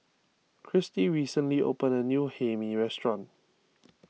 Christie recently opened a new Hae Mee restaurant